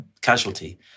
Casualty